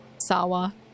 Sawa